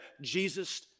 Jesus